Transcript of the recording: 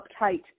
uptight